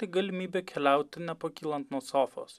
tai galimybė keliauti nepakylant nuo sofos